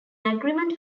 agreement